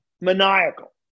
maniacal